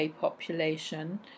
population